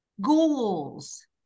Ghouls